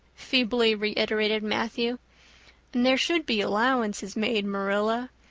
feebly reiterated matthew. and there should be allowances made, marilla.